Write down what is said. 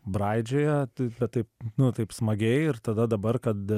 braidžioja bet taip taip smagiai ir tada dabar kad